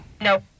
no